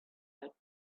out